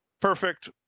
perfect